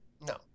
No